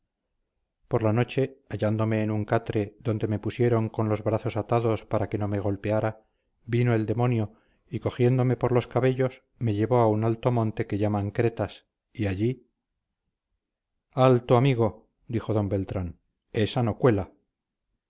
por la noche hallándome en un catre donde me pusieron con los brazos atados para que no me golpeara vino el demonio y cogiéndome por los cabellos me llevó a un alto monte que llaman cretas y allí alto amigo dijo d beltrán esa no cuela